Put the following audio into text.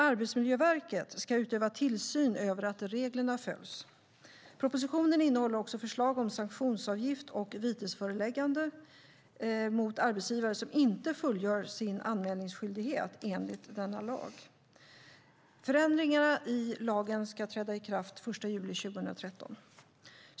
Arbetsmiljöverket ska utöva tillsyn över att reglerna följs. Propositionen innehåller också förslag om sanktionsavgift och vitesföreläggande mot arbetsgivare som inte fullgör sin anmälningsskyldighet enligt denna lag. Förändringarna i lagen ska träda i kraft den 1 juli 2013.